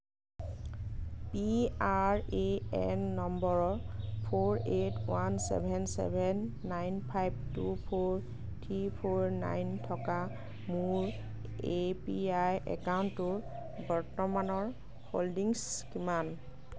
PRAN number four eight one seven seven nine five two four three four nine থকা মোৰ APY একাউণ্টটোৰ বৰ্তমানৰ holdings কিমান